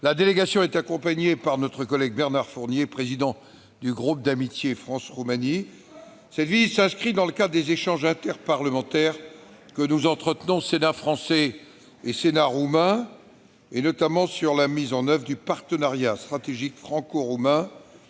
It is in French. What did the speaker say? La délégation est accompagnée par notre collègue Bernard Fournier, président du groupe d'amitié France-Roumanie. Cette visite s'inscrit dans le cadre des échanges interparlementaires que nous entretenons, Sénat français et Sénat roumain, notamment sur la mise en oeuvre du partenariat stratégique franco-roumain,